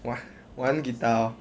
!wah! 玩 guitar lor